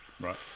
Right